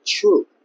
true